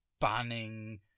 banning